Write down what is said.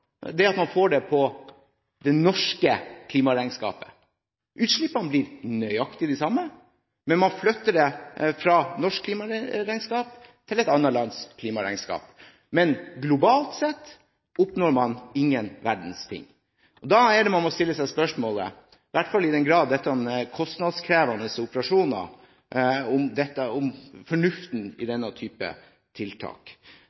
Det eneste man unngår, er at man får det på det norske klimaregnskapet. Utslippene blir nøyaktig de samme. Man flytter det fra norsk klimaregnskap til et annet lands klimaregnskap, men globalt sett oppnår man ingen verdens ting. Da er det man må stille seg spørsmålet, i hvert fall i den grad dette er kostnadskrevende operasjoner, om fornuften i